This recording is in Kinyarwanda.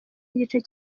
n’igice